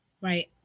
Right